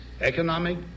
economic